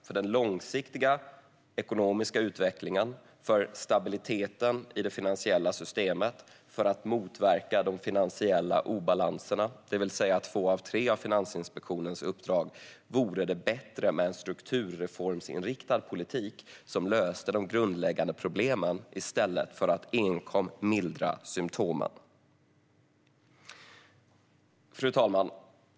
För den långsiktiga ekonomiska utvecklingen, för stabiliteten i det finansiella systemet och för att motverka de finansiella obalanserna, det vill säga två av tre av Finansinspektionens uppdrag, vore det bättre med en strukturreformsinriktad politik som löser de grundläggande problemen i stället för att enkom mildra symtomen. Fru talman!